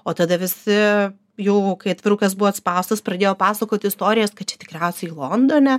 o tada visi jau kai atvirukas buvo atspaustas pradėjo pasakot istorijas kad čia tikriausiai londone